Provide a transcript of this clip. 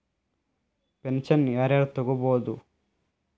Pension ಯಾರ್ ಯಾರ್ ತೊಗೋಬೋದು?